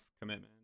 commitment